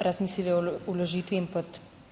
razmislili o vložitvi in v